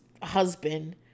husband